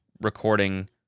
recording